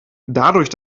dadurch